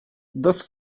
das